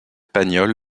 pagnol